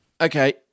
Okay